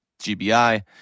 GBI